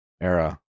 era